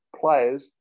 players